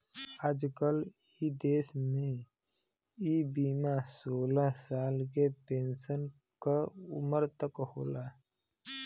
आजकल इ देस में इ बीमा सोलह साल से पेन्सन क उमर तक होला